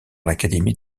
l’académie